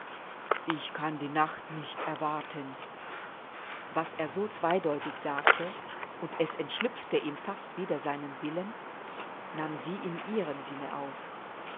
ich kann die nacht nicht erwarten was er so zweideutig sagte und es entschlüpfte ihm fast wider seinen willen nahm sie in ihrem sinne auf